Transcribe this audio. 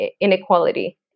inequality